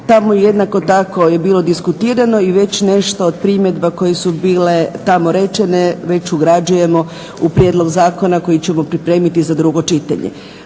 tamo jednako tako je bilo diskutirano i već nešto primjedba koje su bile tamo rečene već ugrađujemo u prijedlog zakona koji ćemo pripremiti za drugo čitanje.